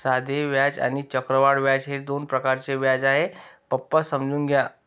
साधे व्याज आणि चक्रवाढ व्याज हे दोन प्रकारचे व्याज आहे, पप्पा समजून घ्या